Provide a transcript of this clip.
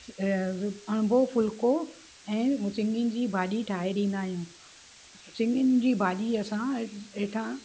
अणिभो फुल्को ऐं सिङिनि जी भाॼी ठाहे ॾींदा आहियूं सिङिनि जी भाॼी असां हेठां